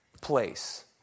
place